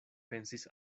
pensis